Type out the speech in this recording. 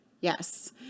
Yes